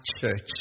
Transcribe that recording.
church